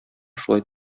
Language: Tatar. шулай